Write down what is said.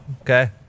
Okay